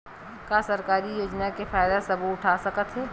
का सरकारी योजना के फ़ायदा सबो उठा सकथे?